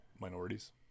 minorities